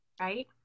right